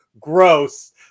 Gross